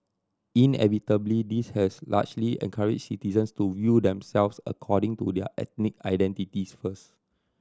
inevitably this has largely encouraged citizens to view themselves according to their ethnic identities first